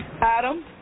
Adam